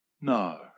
No